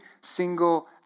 single